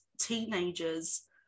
teenagers